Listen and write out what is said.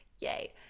yay